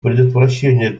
предотвращение